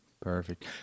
Perfect